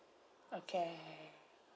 okay